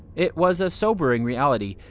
it was a sobering reality.